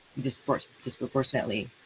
disproportionately